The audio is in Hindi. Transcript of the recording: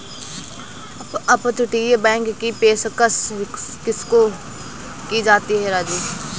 अपतटीय बैंक की पेशकश किसको की जाती है राजू?